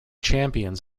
champions